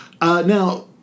Now